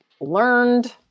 learned